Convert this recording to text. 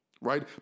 right